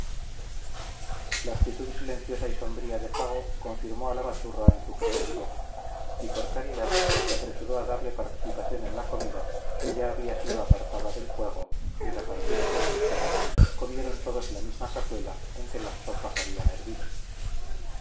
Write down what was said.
la actitud silenciosa y sombría de fago confirmó a la baturra en su creencia y por caridad se apresuró a darle participación en la comida que ya había sido apartada del fuego y repartidas las cucharas comieron todos de la misma cazuela en que las sopas habían hervido